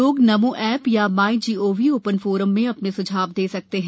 लोग नमो ऐप या MyGov open forum में अपने सुझाव दे सकते हैं